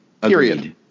Period